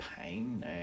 pain